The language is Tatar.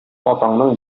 атаңның